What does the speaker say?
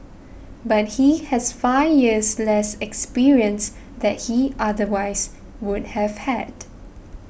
but he has five years less experience that he otherwise would have had